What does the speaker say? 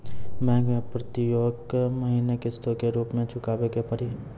Bank मैं प्रेतियेक महीना किस्तो के रूप मे चुकाबै के पड़ी?